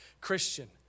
Christian